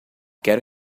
quero